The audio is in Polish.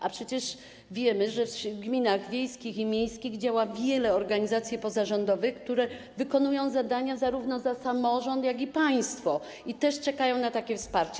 A przecież wiemy, że w gminach wiejskich i miejskich działa wiele organizacji pozarządowych, które wykonują zadania zarówno za samorząd, jak i za państwo i też czekają na takie wsparcie.